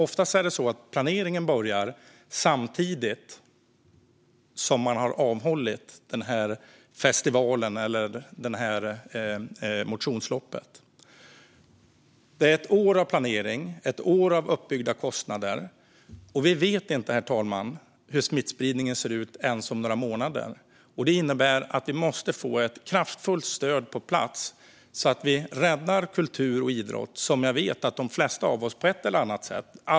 Oftast börjar planeringen samtidigt som festivalen eller motionsloppet avslutas. Det är ett år av planering och ett år av uppbyggda kostnader. Vi vet inte, herr talman, hur smittspridningen ser ut ens om några månader. Det innebär att vi måste få ett kraftfullt stöd på plats så att vi räddar kultur och idrott, som jag vet att de flesta av oss på ett eller annat sätt uppskattar.